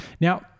Now